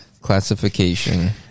classification